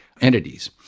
entities